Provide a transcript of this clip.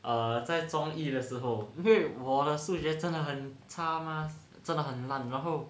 err 在中一的时候因为我的数学真的很差 mah 真的很烂然后